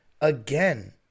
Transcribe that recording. again